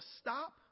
stop